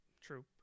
True